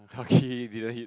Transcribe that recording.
lucky didn't hit